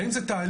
האם זה תהליך?